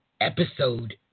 episode